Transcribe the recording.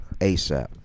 ASAP